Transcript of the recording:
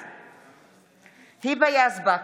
בעד היבה יזבק,